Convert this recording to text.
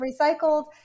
recycled